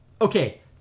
okay